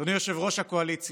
אדוני יושב-ראש הקואליציה,